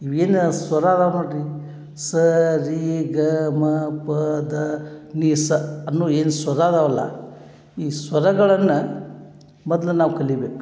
ಇವೇನ ಸ್ವರ ಅದ ನೋಡ್ರಿ ಸ ರಿ ಗ ಮ ಪ ದ ನಿ ಸ ಅನ್ನು ಏನು ಸ್ವರ ಅದಾವಲ್ಲ ಈ ಸ್ವರಗಳನ್ನು ಮೊದ್ಲು ನಾವು ಕಲಿಬೇಕು